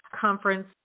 conference